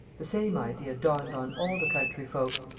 the same idea dawned on all the country-folk.